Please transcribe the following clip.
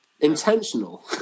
Intentional